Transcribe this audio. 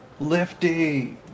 Lifty